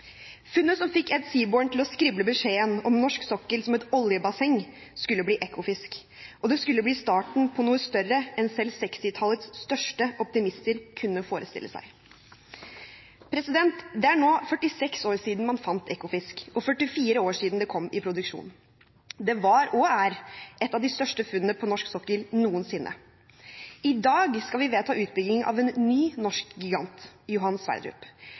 Funnet som fikk Ed Seabourn til å skrible beskjeden om norsk sokkel som et oljebasseng, skulle bli Ekofisk, og det skulle bli starten på noe større enn selv 1960-tallets største optimister kunne forestille seg. Det er nå 46 år siden man fant Ekofisk og 44 år siden det kom i produksjon. Det var, og er, et av de største funnene på norsk sokkel noensinne. I dag skal vi vedta utbyggingen av en ny norsk gigant, Johan Sverdrup.